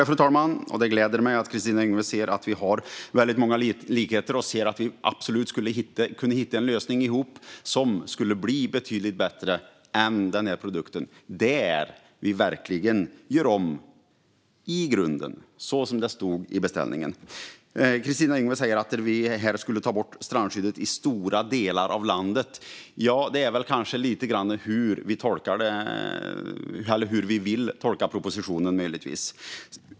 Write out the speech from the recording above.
Fru talman! Det gläder mig att Kristina Yngwe ser att vi har väldigt många likheter och ser att vi tillsammans absolut skulle kunna hitta en lösning som skulle bli betydligt bättre än denna produkt och där vi verkligen skulle göra om i grunden, så som det stod i beställningen. Kristina Yngwe säger att vi här skulle ta bort strandskyddet i stora delar av landet. Det beror kanske lite grann på hur vi vill tolka propositionen.